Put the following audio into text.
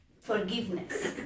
forgiveness